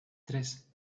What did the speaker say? tres